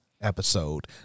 episode